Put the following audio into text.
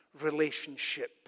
relationship